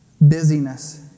Busyness